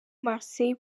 marseille